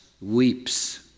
weeps